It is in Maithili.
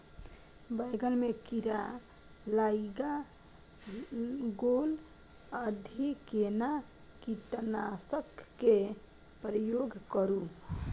बैंगन में कीरा लाईग गेल अछि केना कीटनासक के प्रयोग करू?